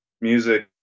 music